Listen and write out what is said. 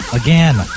again